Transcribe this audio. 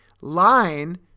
line